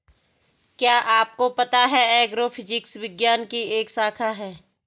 क्या आपको पता है एग्रोफिजिक्स विज्ञान की एक शाखा है?